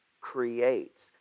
creates